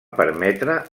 permetre